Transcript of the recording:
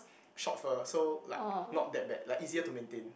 short fur so like not that bad like easier to maintain